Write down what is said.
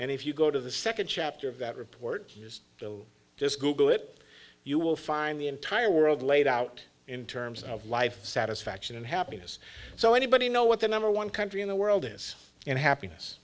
and if you go to the second chapter of that report is just google it you will find the entire world laid out in terms of life satisfaction and happiness so anybody know what the number one country in the world is and happiness